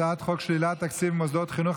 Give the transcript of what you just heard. הצעת חוק שלילת תקצוב ממוסדות חינוך